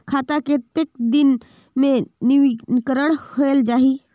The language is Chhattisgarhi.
खाता कतेक दिन मे नवीनीकरण होए जाहि??